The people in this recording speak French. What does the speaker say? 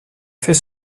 fait